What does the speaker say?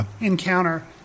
encounter